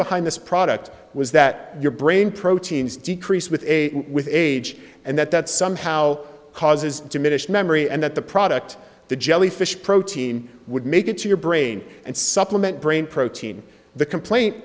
behind this product was that your brain proteins decreased with a with age and that that somehow causes diminished memory and that the product the jellyfish protein would make it to your brain and supplement brain protein the complaint